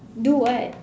do what